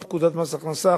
פקודת מס הכנסה,